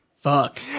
Fuck